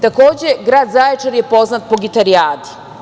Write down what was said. Takođe, grad Zaječar je poznat po Gitarijadi.